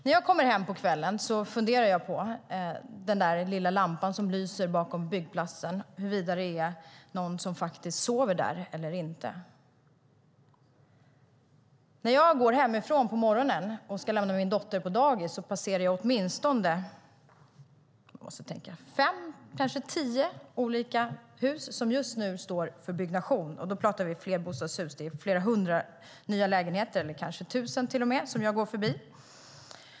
När jag kommer hem på kvällarna funderar jag på den där lilla lampan som lyser bakom byggplatsen och huruvida det är någon som faktiskt sover där eller inte. När jag går hemifrån på morgonen för att lämna min dotter på dagis passerar jag åtminstone fem, kanske tio, olika hus som just nu byggs. Då talar vi flerbostadshus. Det är hus med flera hundra nya lägenheter, kanske till och med tusen, som jag går förbi.